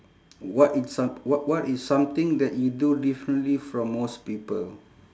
what is some~ what what is something that you do differently from most people